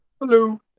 Hello